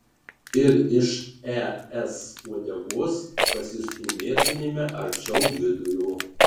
ir iš es uodegos pasistūmėtumėme arčiau vidurio